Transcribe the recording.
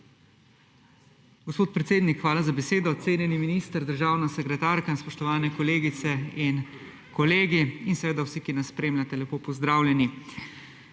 Gospod predsednik, hvala za besedo. Cenjeni minister, državna sekretarka, spoštovane kolegice in kolegi! Vsi, ki nas spremljate, lepo pozdravljeni!